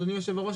אדוני היושב ראש,